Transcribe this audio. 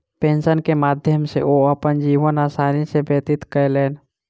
pension के माध्यम सॅ ओ अपन जीवन आसानी सॅ व्यतीत कयलैन